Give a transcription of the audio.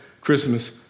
Christmas